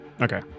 Okay